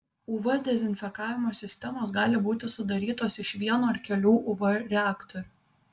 uv dezinfekavimo sistemos gali būti sudarytos iš vieno ar kelių uv reaktorių